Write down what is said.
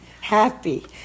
Happy